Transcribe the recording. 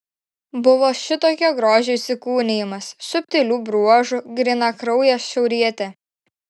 buvo šitokio grožio įsikūnijimas subtilių bruožų grynakraujė šiaurietė